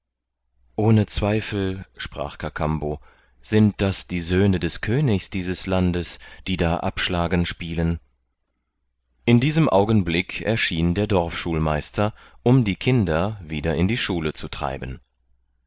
ohne zweifel sprach kakambo sind das die söhne des königs dieses landes die da abschlagen spielen in diesem augenblick erschien der dorfschulmeister um die kinder wieder in die schule zu treiben